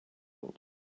oldu